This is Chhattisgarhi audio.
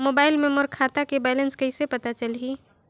मोबाइल मे मोर खाता के बैलेंस कइसे पता चलही?